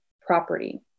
property